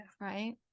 right